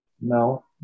no